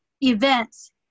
events